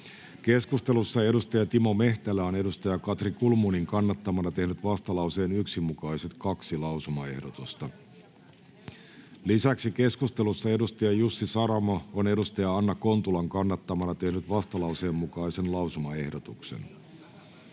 Keskustelussa Timo Mehtälä on Katri Kulmunin kannattamana tehnyt vastalauseen 1 mukaiset kaksi lausumaehdotusta. Lisäksi keskustelussa Jussi Saramo on Anna Kontulan kannattamana tehnyt vastalauseen 2 mukaisen lausumaehdotuksen.